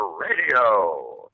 Radio